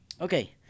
okay